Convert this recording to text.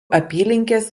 apylinkės